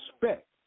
respect